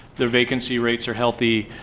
the vacancy rates are healthy.